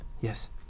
yes